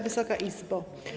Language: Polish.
Wysoka Izbo!